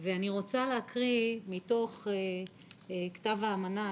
ואני רוצה להקריא מתוך כתב האמנה,